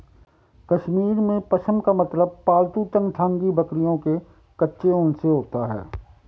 कश्मीर में, पश्म का मतलब पालतू चंगथांगी बकरियों के कच्चे ऊन से होता है